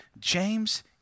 James